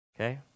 Okay